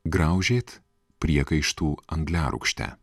graužėt priekaištų angliarūgšte